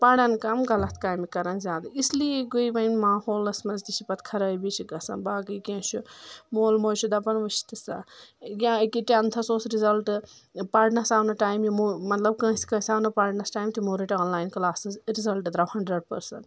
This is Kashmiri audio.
پران کم غلط کامہِ کران زیادٕ اسلیے گٔے وۄنۍ ماحولس منٛز تہِ چھِ پتہٕ خرٲبی چھِ گژھان باقٕے کینٛہہ چھُ مول موج چھُ دپان وٕچھ تہٕ سا یا أکیٛاہ ٹٮ۪نتھس اوس رِزلٹ پرنس آو نہٕ ٹایِم یمو مطلب کٲنٛسہِ کٲنٛسہِ آو نہٕ پرنس ٹایِم تِمو رٔٹۍ آن لاین کلاسِز رزلٹ درٛاو ہنڈرنڈ پٔرسنٹ